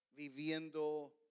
viviendo